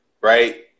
right